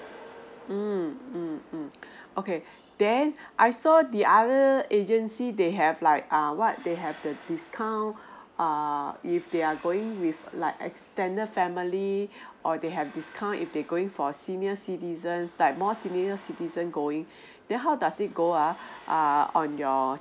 mm mm mm okay then I saw the other agency they have like err what they have the discount err if they are going with like extended family or they have discount if they going for senior citizen like more senior citizen going then how does it go uh err on your